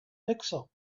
pixel